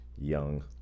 Young